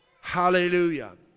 Hallelujah